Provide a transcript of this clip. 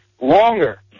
longer